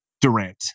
Durant